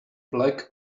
black